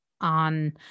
on